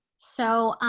so